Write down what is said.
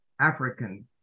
African